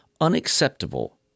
Unacceptable